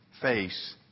face